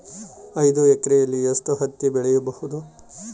ಐದು ಎಕರೆಯಲ್ಲಿ ಎಷ್ಟು ಹತ್ತಿ ಬೆಳೆಯಬಹುದು?